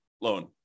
loan